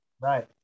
Right